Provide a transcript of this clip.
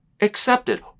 accepted